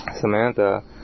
Samantha